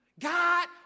God